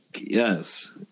Yes